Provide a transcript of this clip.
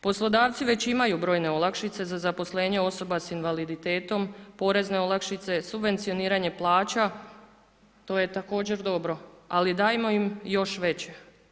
Poslodavci već imaju brojne olakšice za zaposlenje osoba s invaliditetom, porezne olakšice, subvencioniranje plaća, to je također dobro, ali dajmo im još veće.